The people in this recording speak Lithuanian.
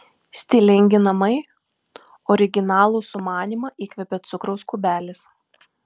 stilingi namai originalų sumanymą įkvėpė cukraus kubelis